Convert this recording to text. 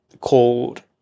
called